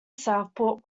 southport